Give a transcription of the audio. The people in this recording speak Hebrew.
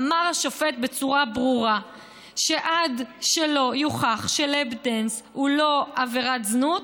אמר השופט בצורה ברורה שעד שלא יוכח ש-lap dance הוא לא עבירת זנות,